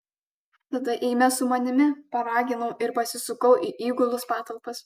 tada eime su manimi paraginau ir pasisukau į įgulos patalpas